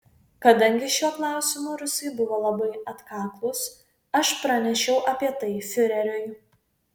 kadangi šiuo klausimu rusai buvo labai atkaklūs aš pranešiau apie tai fiureriui